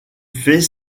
fait